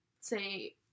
say